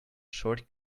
short